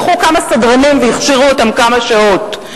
לקחו כמה סדרנים והכשירו אותם כמה שעות.